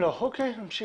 נמשיך.